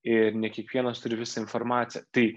ir ne kiekvienas turi visą informaciją tai